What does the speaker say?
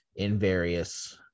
Invarious